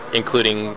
including